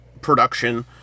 production